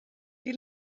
die